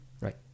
Right